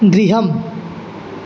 गृहम्